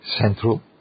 central